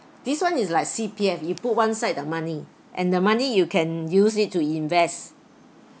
this one is like C_P_F you put one side the money and the money you can use it to invest